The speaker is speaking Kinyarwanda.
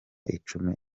icumi